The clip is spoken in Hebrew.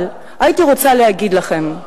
אבל הייתי רוצה להגיד לכם: